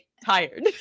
tired